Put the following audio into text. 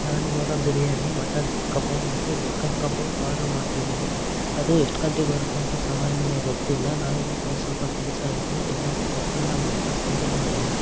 ನಾನು ಇವಾಗ ಬಿರಿಯಾನಿ ಮಟನ್ ಕಬಾಬ್ ಮತ್ತು ಚಿಕನ್ ಕಬಾಬ್ ಆರ್ಡ್ರು ಮಾಡ್ತಿದ್ದೀನಿ ಅದು ಎಷ್ಟು ಗಂಟೆಗೆ ಬರುತ್ತೆ ಅಂತ ಸಮಯ ನನಗೆ ಗೊತ್ತಿಲ್ಲ ನನಗೀಗ ಒಂದು ಸ್ವಲ್ಪ ಕೆಲಸ ಇದೆ ಇನ್ನೂ ಪ್ ಸ್ನಾನ ಮಾಡಿಲ್ಲ ಪೂಜೆ ಮಾಡಿಲ್ಲ